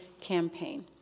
campaign